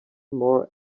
more